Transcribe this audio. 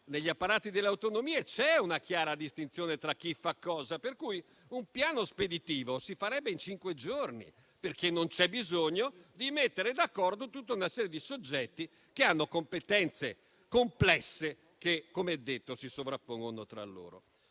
cui apparati c'è una chiara distinzione tra chi fa cosa. Pertanto, un piano speditivo si farebbe in cinque giorni, perché non c'è bisogno di mettere d'accordo tutta una serie di soggetti che hanno competenze complesse che - come detto - si sovrappongono tra loro.